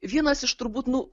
vienas iš turbūt nu